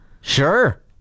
Sure